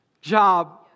job